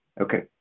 Okay